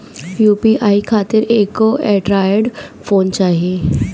UPI खातिर एगो android phone चाही